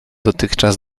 dotychczas